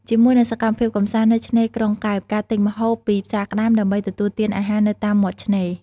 ជាមួយនិងសកម្មភាពកម្សាន្តនៅឆ្នេរក្រុងកែប ការទិញម្ហូបពីផ្សារក្ដាមដើម្បីទទួលទានអាហារនៅតាមមាត់ឆ្នេរ។